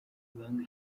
ibanga